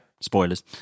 Spoilers